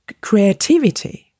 creativity